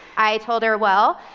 i told her, well,